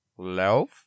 Love